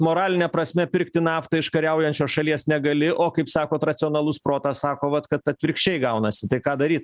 moraline prasme pirkti naftą iš kariaujančios šalies negali o kaip sakot racionalus protas sako vat kad atvirkščiai gaunasi tai ką daryt